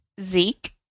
Zeke